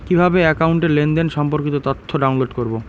কিভাবে একাউন্টের লেনদেন সম্পর্কিত তথ্য ডাউনলোড করবো?